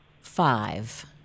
five